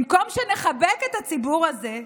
במקום שנחבר את הציבור הזה,